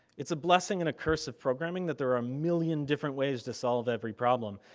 it's a blessing and a curse of programming that there are a million different ways to solve every problem.